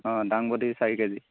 অঁ দাংবডি চাৰি কেজি